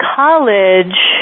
college